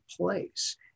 place